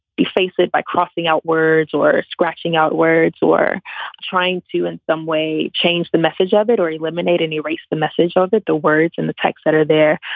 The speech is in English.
face it by crossing out words or scratching out words or trying to in some way change the message of it or eliminate any race, the message or that the words in the text that are there.